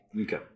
Okay